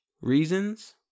reasons